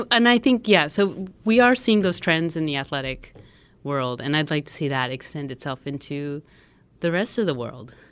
ah and i think yeah, so we are seeing those trends in the athletic world, and i'd like to see that extend itself into the rest of the world.